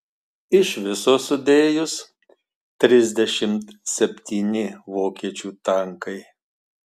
o iš viso sudėjus trisdešimt septyni vokiečių tankai